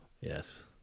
Yes